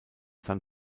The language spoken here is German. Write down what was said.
san